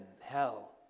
hell